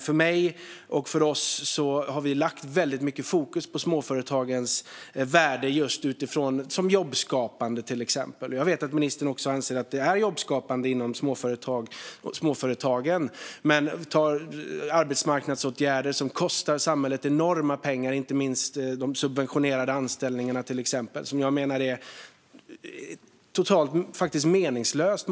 Vi har lagt väldigt mycket fokus på småföretagens värde för till exempel jobbskapande. Jag vet att också ministern anser att det är jobbskapande inom småföretagen. Men vi har arbetsmarknadsåtgärder som kostar samhället enorma pengar. Det gäller till exempel inte minst de subventionerade anställningarna. Jag menar att det många gånger är totalt meningslöst.